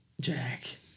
Jack